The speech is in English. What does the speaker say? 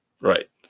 Right